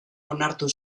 onartu